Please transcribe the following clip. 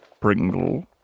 Pringle